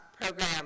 program